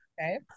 Okay